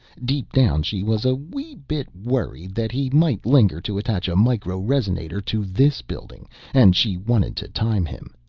deep down she was a wee bit worried that he might linger to attach a micro-resonator to this building and she wanted to time him.